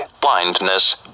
blindness